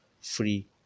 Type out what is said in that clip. free